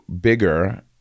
bigger